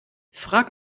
frag